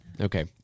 Okay